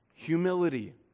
humility